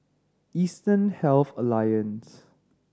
Eastern Health Alliance